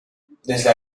desde